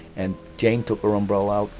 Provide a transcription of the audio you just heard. and jane took her umbrella out,